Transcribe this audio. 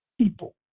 people